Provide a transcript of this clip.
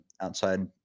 outside